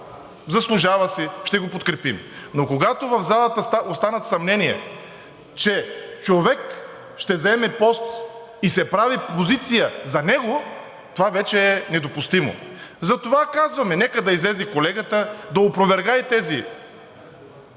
заслужава си, ще го подкрепим. Но когато в залата останат съмнения, че човек ще заеме пост и се прави позиция за него, това вече е недопустимо. Затова казваме: нека да излезе колегата, да опровергае